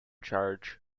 charge